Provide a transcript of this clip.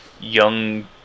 young